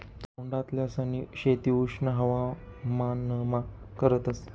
तोंडल्यांसनी शेती उष्ण हवामानमा करतस